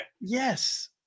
Yes